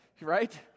right